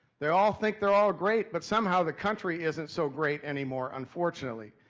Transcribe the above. they all think they're all great, but somehow the country isn't so great anymore, unfortunately.